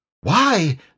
Why